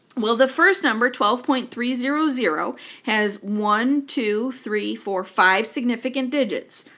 well the first number twelve point three zero zero has one two three four five significant digits.